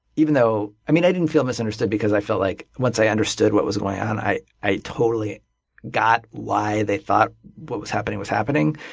even though i mean i didn't feel misunderstood because i felt like once i understood what was going on, i i totally got why they thought what was happening was happening.